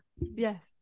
yes